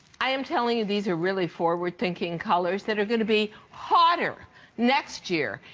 i'm telling you these are really forward thinking colors that are going to be hotter next year.